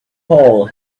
hole